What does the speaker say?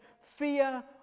fear